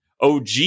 OG